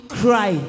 cry